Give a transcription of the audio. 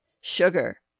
Sugar